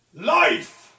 Life